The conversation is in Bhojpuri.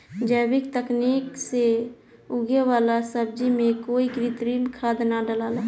जैविक तकनीक से उगे वाला सब्जी में कोई कृत्रिम खाद ना डलाला